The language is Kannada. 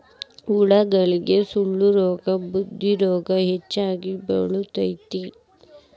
ಉಳಾಗಡ್ಡಿಗೆ ಸೊಳ್ಳಿರೋಗಾ ಬೂದಿರೋಗಾ ಹೆಚ್ಚಾಗಿ ಬಿಳತೈತಿ